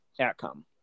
outcome